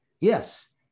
Yes